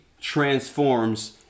transforms